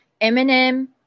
Eminem